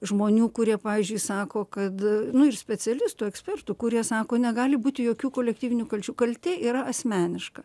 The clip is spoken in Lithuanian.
žmonių kurie pavyzdžiui sako kad nu ir specialistų ekspertų kurie sako negali būti jokių kolektyvinių kalčių kaltė yra asmeniška